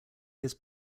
his